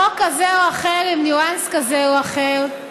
חוק כזה או אחר עם ניואנס כזה או אחר,